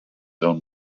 own